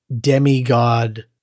demigod